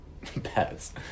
pets